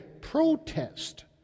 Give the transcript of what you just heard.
protest